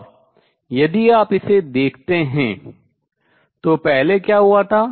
और यदि आप इसे देखते हैं तो पहले क्या हुआ था